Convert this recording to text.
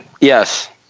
Yes